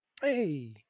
Hey